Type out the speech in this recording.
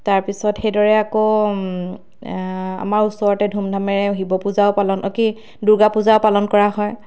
তাৰ পিছত সেইদৰে আকৌ আমাৰ ওচৰত দুমধামেৰে শিৱপূজাও পালন কৰা হয় অঁ কি দূৰ্গা পূজা পালন কৰা হয়